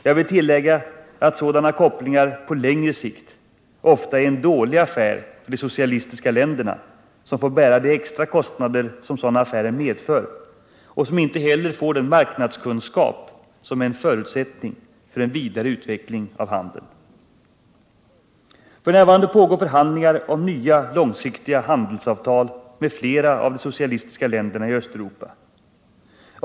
Jag vill tillägga att sådana kopplingar på längre sikt ofta är en dålig affär för de socialistiska länderna, som får bära de extra kostnader som sådana affärer medför och som inte heller får den marknadskunskap som är en förutsättning för en vidare utveckling av handeln. F. n. pågår förhandlingar om nya långsiktiga handelsavtal med flera av de socialistiska länderna i Östeuropa.